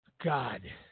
god